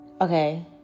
okay